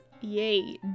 yay